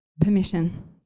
permission